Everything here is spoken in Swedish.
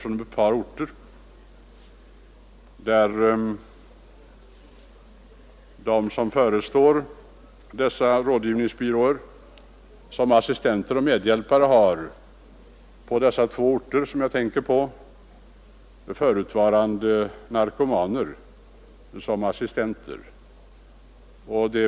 På två orter har föreståndarna för rådgivningsbyråerna ett par förutvarande narkomaner som assistenter och medhjälpare.